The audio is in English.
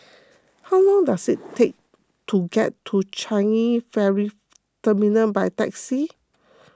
how long does it take to get to Changi Ferry Terminal by taxi